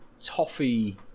toffee